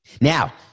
Now